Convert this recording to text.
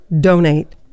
Donate